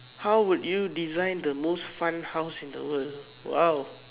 how would you design the most fun house in the world !wow!